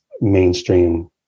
mainstream